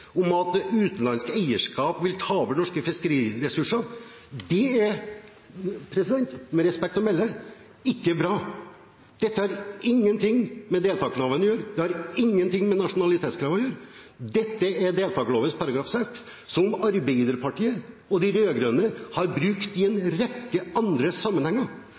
at utenlandsk eierskap vil ta over norske fiskeriressurser, er med respekt å melde ikke bra. Dette har ingenting med deltakerloven å gjøre, det har ingenting med nasjonalitetskrav å gjøre. Dette er deltakerloven § 6, som Arbeiderpartiet og de rød-grønne har brukt i en rekke andre sammenhenger.